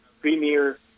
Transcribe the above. premier